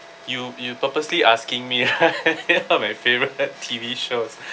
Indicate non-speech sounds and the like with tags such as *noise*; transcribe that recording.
you you purposely asking me *laughs* my favourite T_V shows